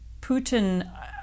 Putin